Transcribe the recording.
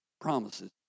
promises